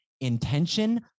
intention